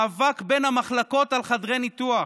מאבק בין המחלקות על חדרי ניתוח.